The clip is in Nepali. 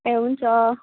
ए हुन्छ